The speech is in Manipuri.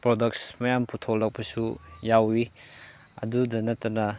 ꯄ꯭ꯔꯗꯛꯁ ꯃꯌꯥꯝ ꯄꯨꯊꯣꯔꯛꯄꯁꯨ ꯌꯥꯎꯏ ꯑꯗꯨꯗ ꯅꯠꯇꯅ